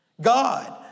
God